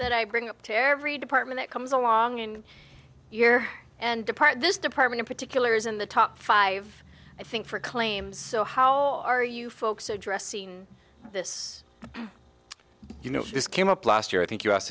that i bring up to every department that comes along and year and depart this department in particular is in the top five i think for claims so how are you folks addressing this you know if this came up last year i think you asked